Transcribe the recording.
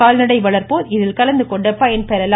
கால்நடை வளர்ப்போர் இதில் கலந்துகொண்டு பயன்பெறலாம்